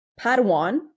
Padawan